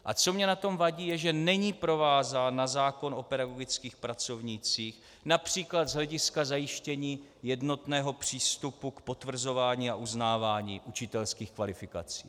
A co mně na tom vadí, že není provázán na zákon o pedagogických pracovnících například z hlediska zajištění jednotného přístupu k potvrzování a uznávání učitelských kvalifikací.